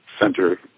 center